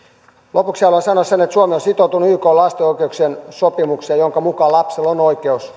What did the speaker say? lopuksi haluan sanoa sen että suomi on sitoutunut ykn lasten oikeuksien sopimukseen jonka mukaan lapsella on oikeus